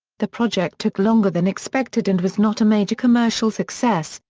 the project took longer than expected and was not a major commercial success,